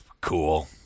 Cool